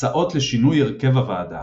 הצעות לשינוי הרכב הוועדה